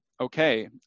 okay